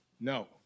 no